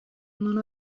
non